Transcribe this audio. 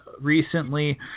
recently